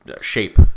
shape